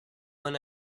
one